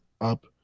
up